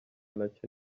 nacyo